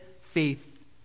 faith